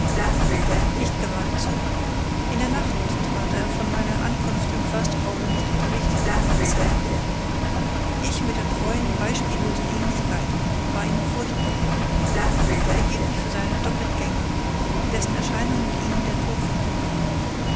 nicht geradezu in der nacht trat er von meiner ankunft im försterhause nicht unterrichtet in mein zimmer ich mit der treuen beispiellosen ähnlichkeit war ihm furchtbar er hielt mich für seinen doppeltgänger dessen erscheinung ihm den tod verkünde